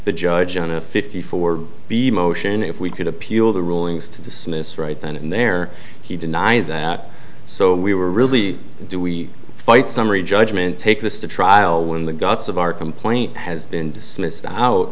the judge on a fifty four b motion if we could appeal the rulings to dismiss right then and there he deny that so we were really do we fight summary judgment take this to trial when the guts of our complaint has been dismissed out